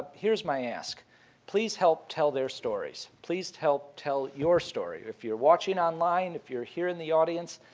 here is my ask please help tell their stories. please help tell your stories. if you're watching online, if you're here in the audience,